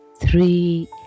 three